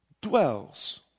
dwells